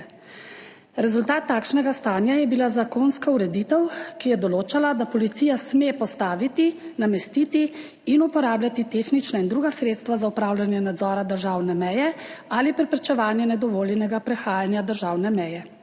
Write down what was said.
Rezultat takšnega stanja je bila zakonska ureditev, ki je določala, da policija sme postaviti, namestiti in uporabljati tehnična in druga sredstva za opravljanje nadzora državne meje ali preprečevanje nedovoljenega prehajanja državne meje.